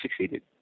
succeeded